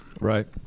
Right